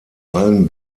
allen